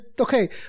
Okay